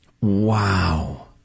Wow